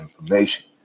information